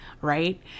Right